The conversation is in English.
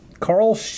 Carl